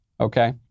okay